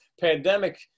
pandemic